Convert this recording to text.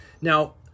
Now